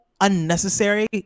unnecessary